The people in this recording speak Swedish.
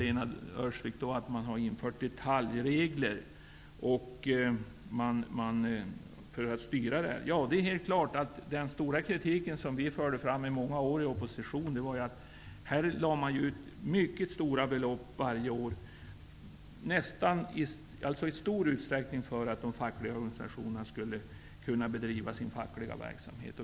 Lena Öhrsvik säger då att detaljregler har införts för att styra det här. Den stora kritik som vi Moderater i många år i opposition förde fram gällde att mycket stora belopp varje år lades ut. Det gjordes i stor utsträckning därför att de fackliga organisationerna skulle kunna bedriva sin fackliga verksamhet.